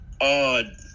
odd